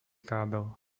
kábel